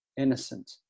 innocent